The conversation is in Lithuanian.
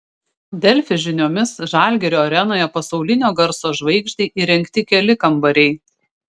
delfi žiniomis žalgirio arenoje pasaulinio garso žvaigždei įrengti keli kambariai